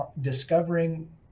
discovering